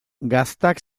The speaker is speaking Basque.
gaztak